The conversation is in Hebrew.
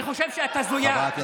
אני חושב שאת הזויה.